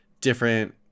different